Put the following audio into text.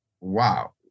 Wow